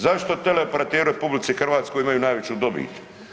Zašto teleoperateri u RH imaju najveću dobit?